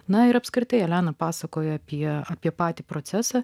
na ir apskritai elena pasakojo apie apie patį procesą